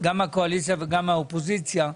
גם מהקואליציה וגם מהאופוזיציה.